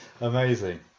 Amazing